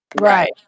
Right